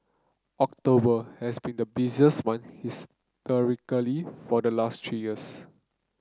October has been the busiest month historically for the last three years